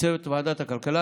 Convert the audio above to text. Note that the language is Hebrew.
ולצוות ועדת הכלכלה,